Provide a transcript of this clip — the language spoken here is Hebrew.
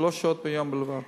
שלוש שעות ביום בלבד,